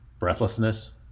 breathlessness